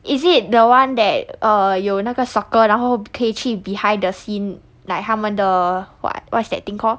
is it the one that uh 有那个 soccer 然后可以去 behind the scene like 他们的 uh what what's that thing called